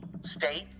state